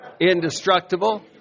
indestructible